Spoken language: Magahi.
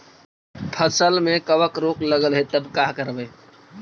फसल में कबक रोग लगल है तब का करबै